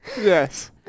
yes